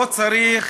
לא צריך